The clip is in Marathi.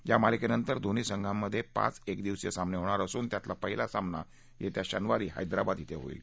या मालिकेनंतर दोन्ही संघांमध्ये पाच एकदिवसीय सामने होणार असून त्यातला पहिला सामना येत्या शनिवारी हैदराबाद धिं होणार आहे